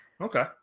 okay